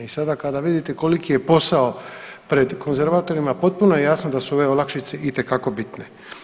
I sada kada vidite koliko je posao pred konzervatorima potpuno je jasno da su ove olakšice itekako bitne.